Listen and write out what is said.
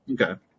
Okay